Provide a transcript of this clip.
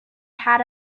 had